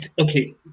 Okay